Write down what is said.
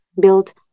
built